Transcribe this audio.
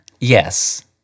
Yes